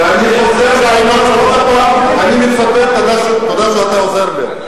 ואני חוזר ואומר עוד הפעם, תודה שאתה עוזר לי.